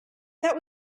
that